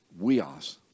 weos